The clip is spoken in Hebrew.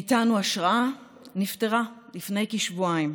נפטרה בפריז לפני כשבועיים,